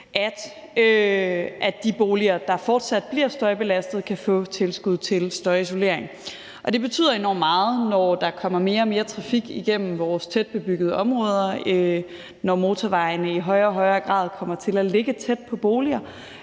at de boliger, der fortsat bliver støjbelastede, kan få tilskud til støjisolering. Det betyder enormt meget, når der kommer mere og mere trafik igennem vores tætbebyggede områder, og når motorvejene i højere og højere grad kommer til at ligge tæt på boliger,